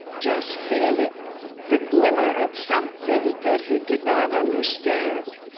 just feel it the glimmer of something that he did not understand.